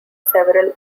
several